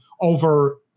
over